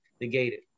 negated